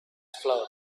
float